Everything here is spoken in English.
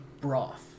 broth